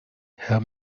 herr